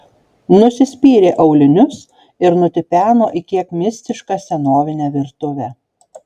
nusispyrė aulinius ir nutipeno į kiek mistišką senovinę virtuvę